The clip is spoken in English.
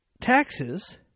taxes